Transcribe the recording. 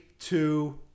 two